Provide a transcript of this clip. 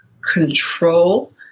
control